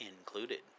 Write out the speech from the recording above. included